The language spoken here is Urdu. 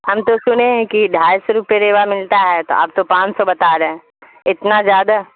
ہم تو سنے ہیں کہ ڈھائی سو روپے ریوا ملتا ہے تو آپ تو پانچ سو بتا رہے ہیں اتنا زیادہ